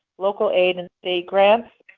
local aid, and state grants.